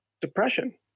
depression